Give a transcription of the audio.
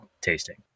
tasting